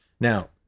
Now